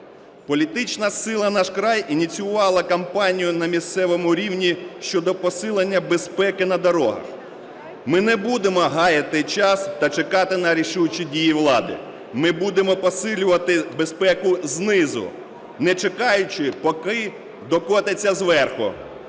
Політична сила "Наш край" ініціювала кампанію на місцевому рівні щодо посилення безпеки на дорогах. Ми не будемо гаяти час та чекати на рішучі дії влади, ми будемо посилювати безпеку знизу, не чекаючи поки докотиться зверху.